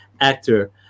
actor